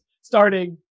starting